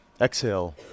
Exhale